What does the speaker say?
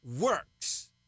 works